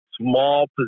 small